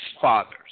fathers